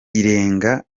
irenga